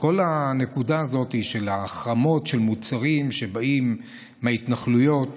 שכל הנקודה הזאת של החרמת מוצרים שבאים מהתנחלויות